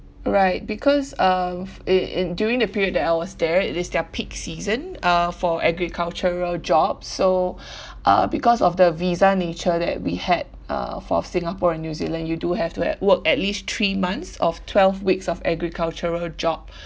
right because of in in during the period that I was there it is their peak season uh for agricultural job so uh because of the visa nature that we had uh for singapore and new zealand you do have to have work at least three months of twelve weeks of agricultural job